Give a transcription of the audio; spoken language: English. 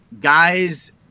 Guys